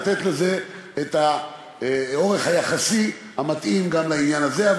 לתת את האורך היחסי המתאים גם לעניין הזה.